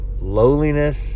lowliness